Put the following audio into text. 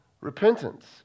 repentance